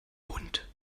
bunt